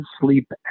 sleep